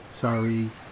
Sorry